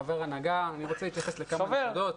חבר הנהגה ואני רוצה להתייחס לכמה נקודות.